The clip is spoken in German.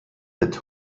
mit